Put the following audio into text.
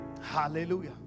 Hallelujah